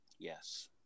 Yes